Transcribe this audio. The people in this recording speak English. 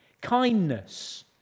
Kindness